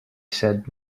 said